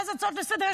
מה זה הצעות לסדר-היום.